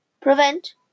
prevent